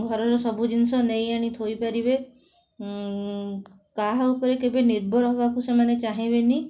ଘରର ସବୁ ଜିନିଷ ନେଇ ଆଣି ଥୋଇପାରିବେ କାହା ଉପରେ କେବେ ନିର୍ଭର ହେବାକୁ ସେମାନେ ଚାହିଁବେନି